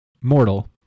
mortal